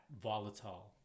volatile